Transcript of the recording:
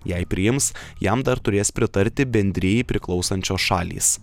jei priims jam dar turės pritarti bendrijai priklausančios šalys